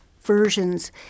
versions